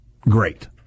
great